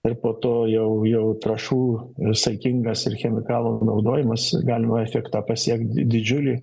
ir po to jau jau trąšų ir saikingas ir chemikalų naudojimas galima efektą pasiekt didžiulį